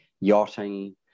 yachting